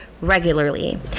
regularly